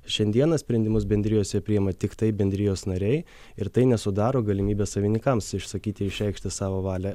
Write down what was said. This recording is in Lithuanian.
šiandieną sprendimus bendrijose priima tiktai bendrijos nariai ir tai nesudaro galimybės savininkams išsakyti išreikšti savo valią